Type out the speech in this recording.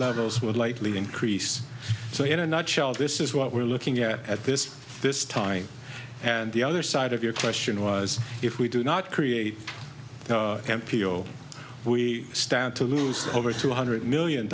levels would likely increase so in a nutshell this is what we're looking at at this this time and the other side of your question was if we do not create m p o we stand to lose over two hundred million